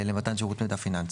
10:58)